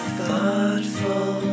thoughtful